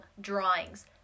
drawings